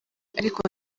ariko